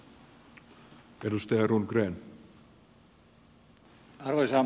arvoisa puhemies